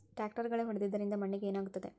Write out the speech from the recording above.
ಟ್ರಾಕ್ಟರ್ಲೆ ಗಳೆ ಹೊಡೆದಿದ್ದರಿಂದ ಮಣ್ಣಿಗೆ ಏನಾಗುತ್ತದೆ?